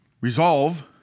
resolve